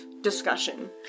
discussion